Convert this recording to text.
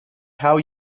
how